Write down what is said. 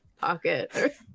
pocket